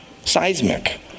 seismic